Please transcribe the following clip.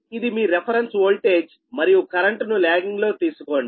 ఇది మీ reference voltage మరియు కరెంటును లాగింగ్ లో తీసుకోండి